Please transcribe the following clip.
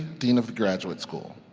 dean of the graduate school.